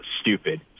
stupid